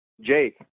Jake